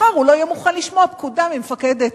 מחר הוא לא יהיה מוכן לשמוע פקודה ממפקדת.